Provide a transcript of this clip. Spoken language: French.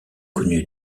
connu